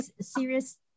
Serious